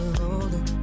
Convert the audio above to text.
holding